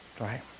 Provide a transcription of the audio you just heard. right